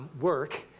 work